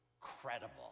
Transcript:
credible